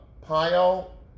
pile